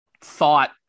thought